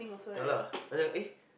ya lah and then I eh